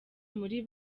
muri